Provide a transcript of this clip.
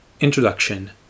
Introduction